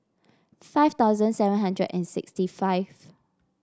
five thousand seven hundred and sixty five